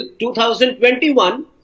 2021